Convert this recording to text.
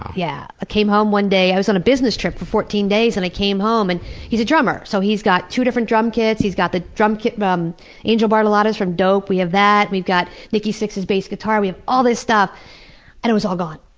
i yeah came home one day, i was on a business trip for fourteen days and i came home and he's a drummer, so he's got two different drumkits, he's got the drumkit, um angel bartolotta's from dope, we have that, we've got nicky sixx's bass guitar, we have all this stuff and it was all gone.